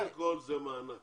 קודם כל זה מענק.